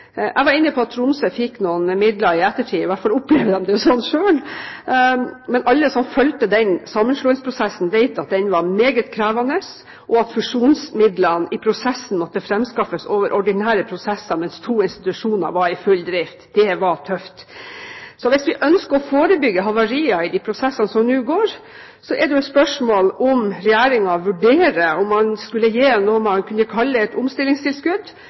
Jeg var inne på at Tromsø fikk noen midler i ettertid, i hvert fall opplevde de det slik selv. Men alle som fulgte den sammenslåingsprosessen, vet at den var meget krevende, og at fusjonsmidlene måtte framskaffes gjennom ordinære prosesser mens to institusjoner var i full drift. Det var tøft. Så hvis vi ønsker å forebygge havarier i de prosessene som nå går, er det spørsmål om Regjeringen vil vurdere å gi noe man kunne kalle et omstillingstilskudd